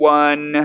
one